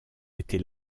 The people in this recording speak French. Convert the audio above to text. était